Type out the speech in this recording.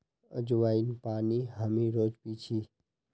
अज्वाइन पानी हामी रोज़ पी छी